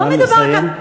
נא לסיים.